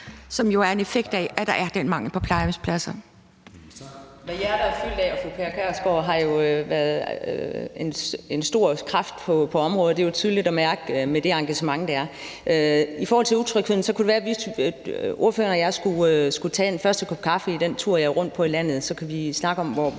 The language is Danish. som jo er en effekt af, at der er den mangel på plejehjemspladser.